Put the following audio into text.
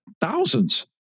thousands